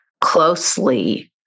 closely